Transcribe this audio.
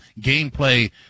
Gameplay